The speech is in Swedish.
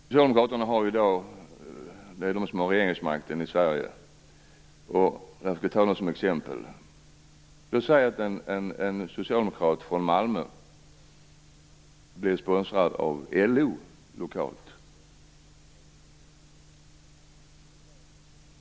Socialdemokraterna har i dag regeringsmakten i Sverige, och jag skall ta dem som exempel. Låt oss säga att en socialdemokrat från Malmö blir sponsrad av LO lokalt.